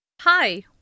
hi